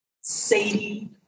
Sadie